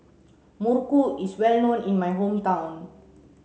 Muruku is well known in my hometown